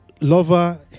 lover